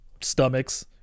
stomachs